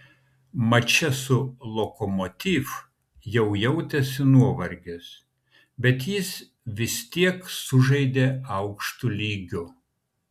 mače su lokomotiv jau jautėsi nuovargis bet jis vis tiek sužaidė aukštu lygiu